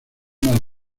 más